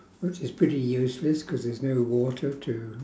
which is pretty useless cause there's no water to